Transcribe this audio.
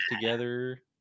together